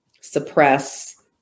suppress